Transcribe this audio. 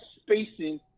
spacing